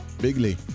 bigly